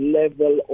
level